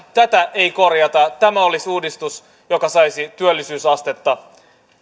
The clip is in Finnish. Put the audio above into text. tätä ei korjata tämä olisi uudistus joka saisi työllisyysastetta